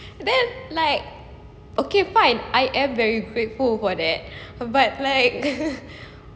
then like okay fine I am very grateful for that but like